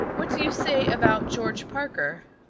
what do you say about george parker?